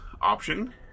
option